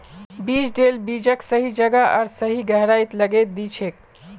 बीज ड्रिल बीजक सही जगह आर सही गहराईत लगैं दिछेक